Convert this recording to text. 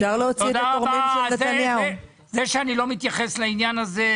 זה שאני לא מתייחס לעניין הזה,